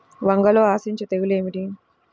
వంగలో ఆశించు తెగులు ఏమిటి?